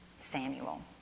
Samuel